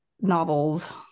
novels